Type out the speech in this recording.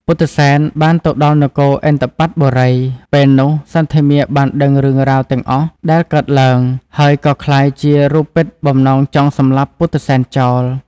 ពុទ្ធិសែនបានទៅដល់នគរឥន្ទបត្តបុរី ពេលនោះសន្ធមារបានដឹងរឿងរ៉ាវទាំងអស់ដែលកើតឡើង ហើយក៏ក្លាយជារូបពិតបំណងចង់សម្លាប់ពុទ្ធិសែនចោល។